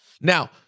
now